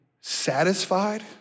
satisfied